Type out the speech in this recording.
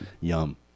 Yum